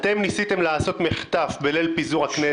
אתם ניסיתם לעשות מחטף בליל פיזור הכנסת.